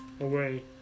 away